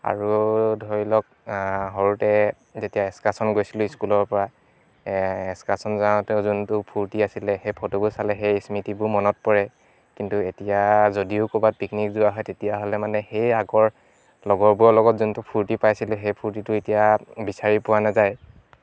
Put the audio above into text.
আৰু ধৰি লওক সৰুতে যেতিয়া এছকাচন গৈছিলোঁ স্কুলৰ পৰা এছকাচন যাওঁতেও যোনটো ফূৰ্তি আছিলে সেই ফটোবোৰ চালে সেই ইস্মৃতিবোৰ মনত পৰে কিন্তু এতিয়া যদিও ক'ৰবাত পিকনিক যোৱা হয় তেতিয়াহ'লে মানে সেই আগৰ লগৰবোৰৰ লগত যোনটো ফূৰ্তি পাইছিলোঁ সেই ফূৰ্তিটো এতিয়া বিচাৰি পোৱা নাযায়